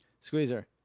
Squeezer